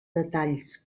detalls